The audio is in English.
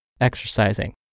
exercising